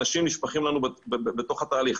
אנשים נשפכים לנו בתוך התהליך.